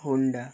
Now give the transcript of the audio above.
Honda